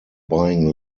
buying